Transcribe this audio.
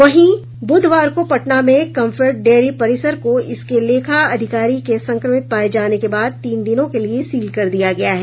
वहीं पटना में काम्फेड डेयरी परिसर को इसके लेखा अधिकारी के संक्रमित पाये जाने के बाद तीन दिनों के लिये सील कर दिया गया है